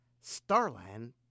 Starland